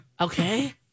Okay